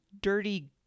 dirty